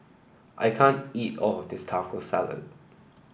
I can't eat all of this Taco Salad